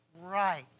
right